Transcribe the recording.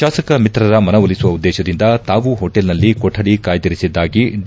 ಶಾಸಕ ಮಿತ್ರರ ಮನವೊಲಿಸುವ ಉದ್ದೇಶದಿಂದ ತಾವು ಹೋಟೆಲ್ನಲ್ಲಿ ಕೊಠಡಿ ಕಾಯ್ದಿರಿಸಿದ್ದಾಗಿ ಡಿ